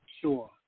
Sure